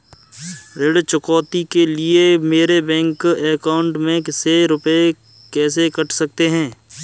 ऋण चुकौती के लिए मेरे बैंक अकाउंट में से रुपए कैसे कट सकते हैं?